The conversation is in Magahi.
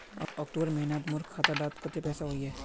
अक्टूबर महीनात मोर खाता डात कत्ते पैसा अहिये?